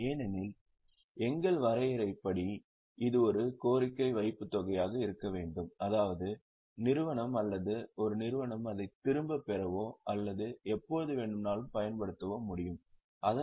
ஏனெனில் எங்கள் வரையறையின்படி இது ஒரு கோரிக்கை வைப்புத்தொகையாக இருக்க வேண்டும் அதாவது ஒரு நிறுவனம் அதைத் திரும்பப் பெறவோ அல்லது எப்போது வேண்டுமானாலும் பயன்படுத்தவோ முடிய வேண்டும்